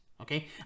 Okay